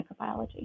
microbiology